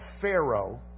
Pharaoh